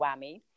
whammy